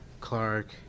Clark